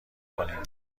کنیم